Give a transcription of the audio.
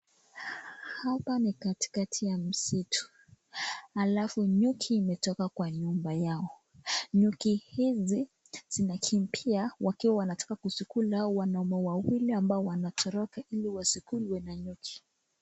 Hapa ni katikati ya msitu. Alafu nyuki imetoka kwa nyumba yao. Nyuki hizi zinakimbia wakiwa wanataka kuzikula hawa wanaume wawili ambao wanatoroka ili wasikulwe na nyuki.